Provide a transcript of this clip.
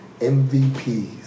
MVPs